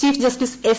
chief justice S